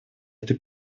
этой